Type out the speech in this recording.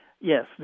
Yes